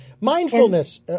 Mindfulness